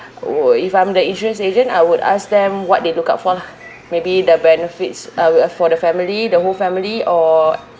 oh if I'm the insurance agent I would ask them what they look out for lah maybe the benefits uh with uh for the family the whole family or